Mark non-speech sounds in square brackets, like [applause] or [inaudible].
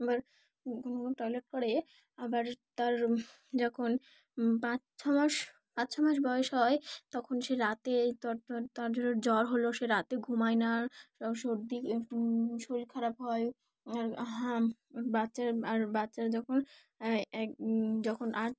আবার [unintelligible] কখনও কখনও টয়লেট করে আবার তার যখন পাঁচ ছ মাস পাঁচ ছ মাস বয়স হয় তখন সে রাতে ত তার জন্য জ্বর হলো সে রাতে ঘুমায় না সর্দি শরীর খারাপ হয় আর বাচ্চার আর বাচ্চার যখন এক যখন আর